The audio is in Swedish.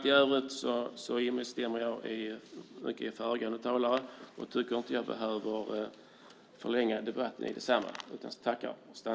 I övrigt instämmer jag i mycket av det som föregående talare sade och tycker inte att jag behöver förlänga debatten.